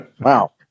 Wow